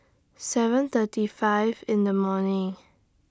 seven thirty five in The morning